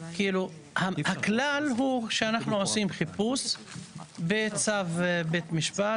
הכלל הוא שאנחנו עושים חיפוש בצו בית משפט